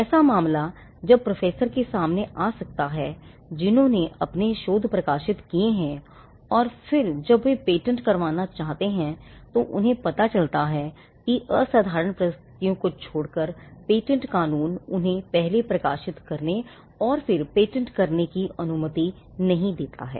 ऐसा मामला कई प्रोफेसर के सामने आ सकता है जिन्होंने अपने शोध प्रकाशित किए हैं और फिर जब वे पेटेंट करवाना चाहते हैंतो उन्हें पता चलता है कि असाधारण परिस्थितियों को छोड़कर पेटेंट कानून उन्हें पहले प्रकाशित करने और फिर पेटेंट करने की अनुमति नहीं देता है